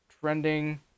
trending